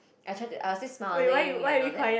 I try to I was still smiling and all that